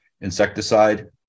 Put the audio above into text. insecticide